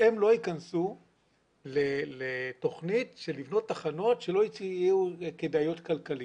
הם לא ייכנסו לתוכנית של בניית תחנות שלא יהיו כדאיות כלכלית.